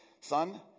son